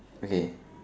okay